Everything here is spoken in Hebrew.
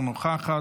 אינה נוכחת,